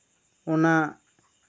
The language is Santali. ᱚᱱᱟ